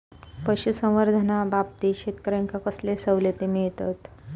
पशुसंवर्धनाच्याबाबतीत शेतकऱ्यांका कसले सवलती मिळतत?